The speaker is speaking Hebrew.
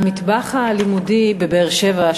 "המטבח הלימודי" בבאר-שבע,